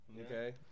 Okay